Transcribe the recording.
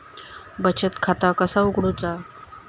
बचत खाता कसा उघडूचा?